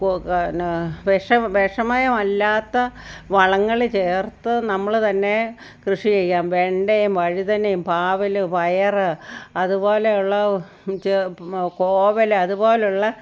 കോ ക ന്നെ വിഷം വിഷമയം അല്ലാത്ത വളങ്ങൾ ചേർത്ത് നമ്മൾ തന്നെ കൃഷി ചെയ്യാം വെണ്ടയും വഴുതനേയും പാവൽ പയർ അതുപോലെയുള്ള ചെ കോവൽ അതുപോലുള്ള